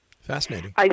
Fascinating